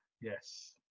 yes